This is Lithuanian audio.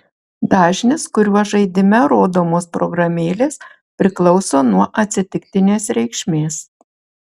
dažnis kuriuo žaidime rodomos programėlės priklauso nuo atsitiktinės reikšmės